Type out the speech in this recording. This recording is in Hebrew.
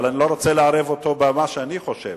אבל אני לא רוצה לערב אותו במה שאני חושב,